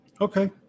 okay